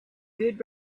good